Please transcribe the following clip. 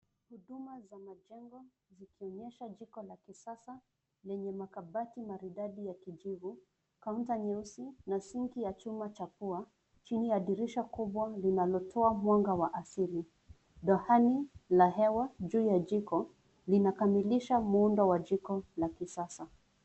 Huduma za majengo ikionyesha jiko la kisasa lenye makabati maridadi ya kijivu, kaunta nyeusi na sinki cha chuma cha pua, chini ya dirisha kubwa linalotoa mwanga wa asili. Dohani la hewa juu ya jiko linakamilisha muundo wa jiko la kisasa.